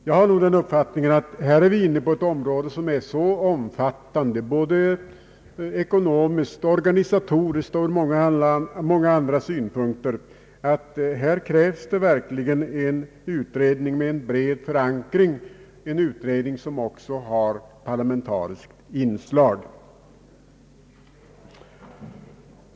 Jag har nog den uppfattningen att vi här är inne på ett område, som är så omfattande både ekonomiskt och organisatoriskt men även från många andra synpunkter, att det verkligen krävs en utredning med en bred förankring, en utredning som också bör ha parlamentariskt inslag.